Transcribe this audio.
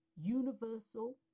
universal